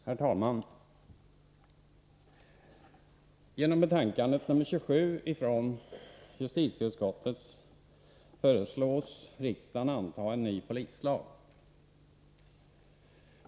Herr talman! Genom betänkande nr 27 från justitieutskottet föreslås riksdagen anta en ny polislag.